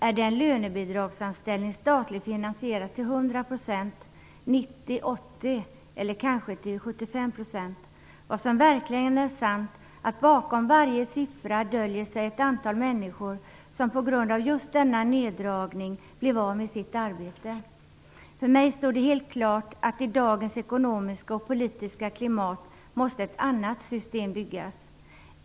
Är det en lönebidragsanställning statligt finansierad till 100 %, 90 %, 80 % eller kanske till 75 %? Vad som verkligen är sant är att det bakom varje siffra döljer sig ett antal människor som på grund av just denna neddragning blev av med sitt arbete. För mig står det helt klart att i dagens ekonomiska och politiska klimat måste ett annat system byggas.